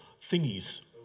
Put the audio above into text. thingies